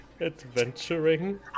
adventuring